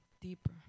deeper